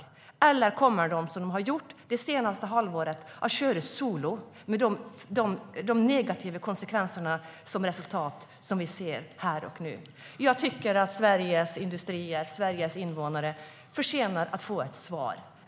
Eller kommer de, som de har gjort det senaste halvåret, att köra solo med de negativa konsekvenser som resultat som vi nu ser? Jag tycker att Sveriges industrier och invånare förtjänar ett svar.